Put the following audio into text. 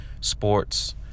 sports